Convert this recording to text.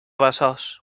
besòs